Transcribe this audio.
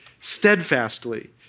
steadfastly